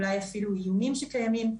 אולי אפילו איומים שקיימים.